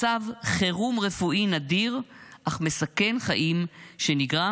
מצב חירום רפואי נדיר אך מסכן חיים שנגרם